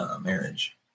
marriage